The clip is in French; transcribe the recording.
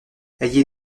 ayez